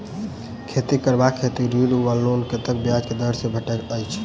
खेती करबाक हेतु ऋण वा लोन कतेक ब्याज केँ दर सँ भेटैत अछि?